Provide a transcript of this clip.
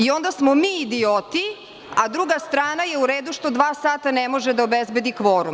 Onda smo mi idioti, a druga strana je u redu, što dva sata ne može da obezbedi kvorum.